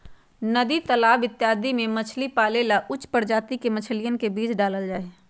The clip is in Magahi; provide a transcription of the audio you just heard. नदी तालाब इत्यादि में मछली पाले ला उच्च प्रजाति के मछलियन के बीज डाल्ल जाहई